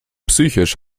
psychisch